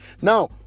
Now